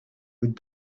would